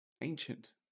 ancient